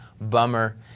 Bummer